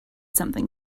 something